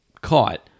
caught